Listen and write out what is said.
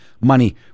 money